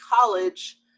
college